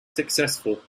successful